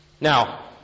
Now